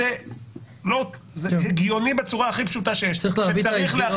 שזה הגיוני בצורה הכי פשוטה שיש שצריך להחיל